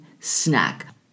snack